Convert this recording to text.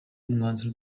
umwanzuro